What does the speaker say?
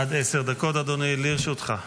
עד עשר דקות, אדוני, לרשותך.